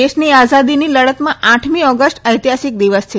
દેશની આઝાદીની લડતમાં આઠમી ઓગસ્ટ ઐતિહાસિક દિવસ છે